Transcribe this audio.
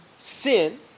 sin